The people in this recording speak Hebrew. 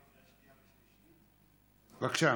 בבקשה.